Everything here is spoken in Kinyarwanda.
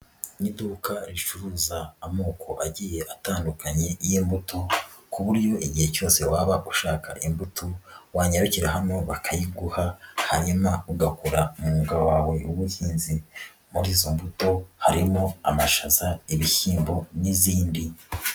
Iduka ricuruza amoko agiye atandukanye y'imbuto, ku buryo igihe cyose waba ushaka imbuto, wanyarukira hano bakayiguha, hanyuma ugakora umwuga wawe w'ubuhinzi, muri izo mbuto harimo amashaza, ibishyimbo n'izindi.